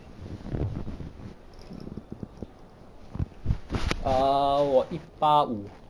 err 我一八五